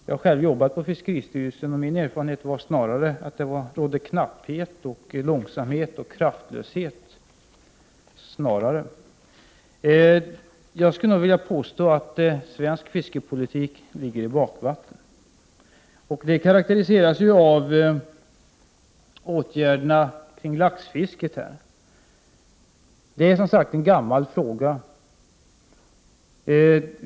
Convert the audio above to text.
Jag har själv arbetat på fiskeristyrelsen, och min erfarenhet är snarare att det råder knapphet, långsamhet och kraftlöshet. Jag skulle vilja påstå att svensk fiskepolitik ligger i bakvattnet. Det karakteriseras av åtgärderna kring laxfisket. Det är som bekant en gammal fråga.